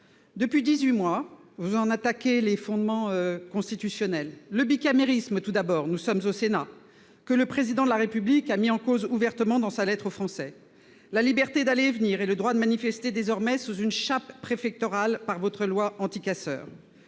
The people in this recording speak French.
ministre, vous en attaquez les fondements constitutionnels : le bicamérisme tout d'abord- nous sommes au Sénat -, que le Président de la République a mis en cause ouvertement dans sa lettre aux Français, mais aussi la liberté d'aller et venir, et le droit de manifester désormais sous une chape préfectorale par votre loi « anticasseurs